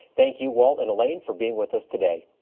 thank you walt and elaine for being with us today.